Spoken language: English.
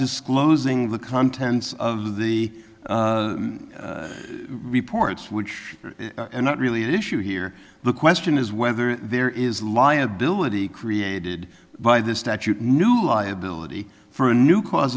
disclosing the contents of the reports which are not really an issue here the question is whether there is liability created by this statute new liability for a new cause